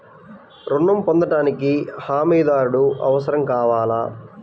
ఋణం పొందటానికి హమీదారుడు అవసరం కావాలా?